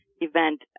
event